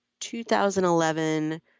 2011